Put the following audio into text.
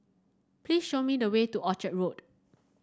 please show me the way to Orchard Road